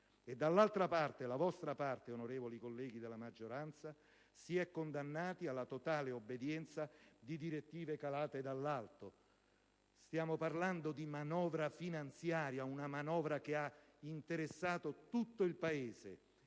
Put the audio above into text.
e dall'altra parte - la vostra parte, onorevoli colleghi della maggioranza - si è condannati alla totale obbedienza a direttive calate dall'alto. Stiamo parlando di manovra finanziaria, una manovra che ha interessato tutto il Paese: